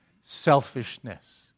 selfishness